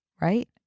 right